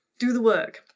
do the work.